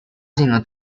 sino